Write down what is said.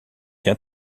bien